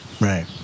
right